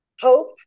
Hope